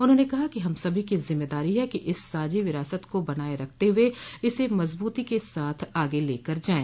उन्होंने कहा कि हम सभी की जिम्मेदारी है कि इस साझी विरासत को बनाये रखते हुए इसे मज़बूती के साथ आगे लेकर जायें